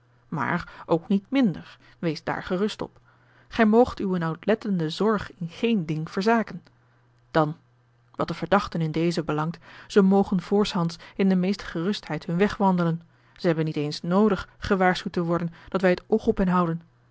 maar ook niet minder wees daar gerust op gij moogt uw nauwlettende zorg in geen ding verzaken dan wat de verdachten in dezen belangt ze mogen voorhands in de meeste gerustheid hun weg wandelen ze hebben niet eens noodig gewaarschuwd te worden dat wij het oog op